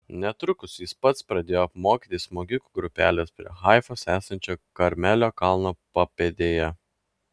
netrukus jis pats pradėjo apmokyti smogikų grupeles prie haifos esančio karmelio kalno papėdėje